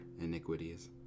iniquities